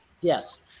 Yes